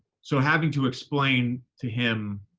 so having to explain to him